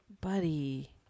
Buddy